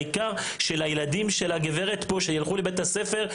העיקר שלילדים של הגברת פה שילכו לבית הספר,